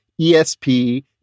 ESP